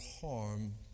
harm